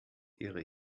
ihre